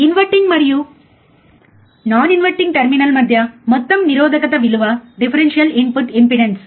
inverting మరియు non inverting terminal మధ్య మొత్తం నిరోధకత విలువ డిఫరెన్షియల్ ఇన్పుట్ ఇంపెడెన్స్